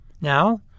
Now